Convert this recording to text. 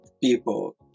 people